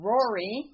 Rory